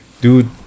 Dude